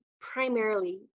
primarily